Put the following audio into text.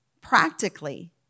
practically